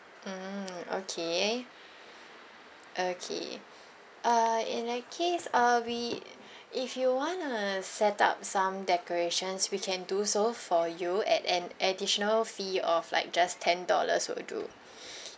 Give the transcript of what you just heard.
mm okay okay uh in that case uh we if you wanna set up some decorations we can do so for you at an additional fee of like just ten dollars will do